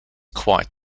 quite